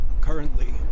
currently